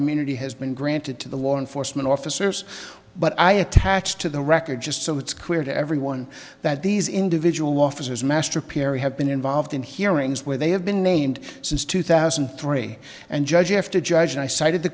immunity has been granted to the law enforcement officers but i attached to the record just so it's clear to everyone that these individual officers master perry have been involved in hearings where they have been named since two thousand and three and judge after judge and i cited the